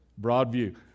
Broadview